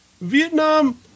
Vietnam